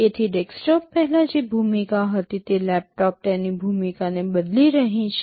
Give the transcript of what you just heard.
તેથી ડેસ્કટોપ પહેલાં જે ભૂમિકા હતી તે લેપટોપ તેની ભૂમિકાને બદલી રહી છે